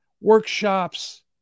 workshops